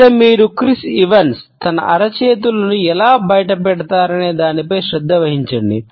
ఇక్కడ మీరు Chris Evans తన అరచేతులను ఎలా బయటపెడతాడనే దానిపై శ్రద్ధ వహించండి